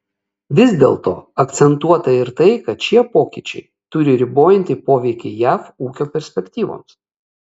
vis dėlto akcentuota ir tai kad šie pokyčiai turi ribojantį poveikį jav ūkio perspektyvoms